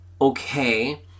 okay